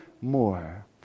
more